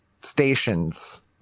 stations